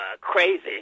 crazy